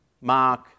Mark